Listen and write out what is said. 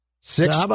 six